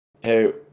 Hey